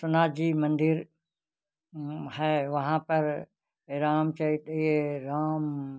विश्वनाथ जी मंदिर है वहाँ पर रामचरित्र यह राम